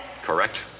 Correct